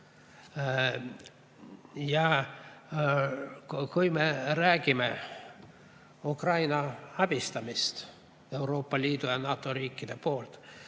Kui me räägime Ukraina abistamisest Euroopa Liidu ja NATO riikide poolt,